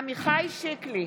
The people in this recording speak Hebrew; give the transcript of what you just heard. עמיחי שקלי,